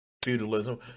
feudalism